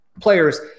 players